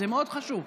זה מאוד חשוב.